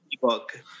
book